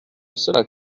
cela